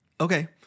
Okay